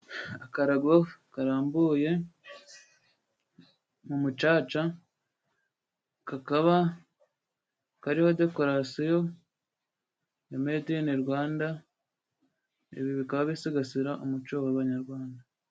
Akarago karambuye mu mucaca kakaba kariho dekorasiyo ya medinirwanda, ibi bikaba bisigasira umuco w'Abanyarwanda.